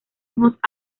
unos